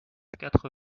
quatre